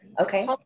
Okay